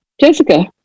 Jessica